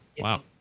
Wow